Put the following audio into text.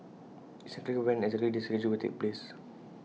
IT is unclear when exactly this surgery will take place